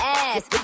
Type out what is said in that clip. ass